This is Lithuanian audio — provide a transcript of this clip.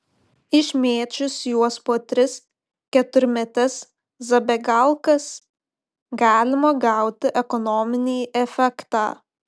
išmėčius juos po tris keturmetes zabegalkas galima gauti ekonominį efektą